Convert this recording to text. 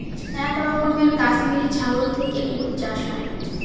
এক রকমের কাশ্মিরী ছাগল থেকে উল চাষ হয়